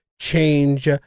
change